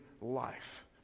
life